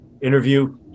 interview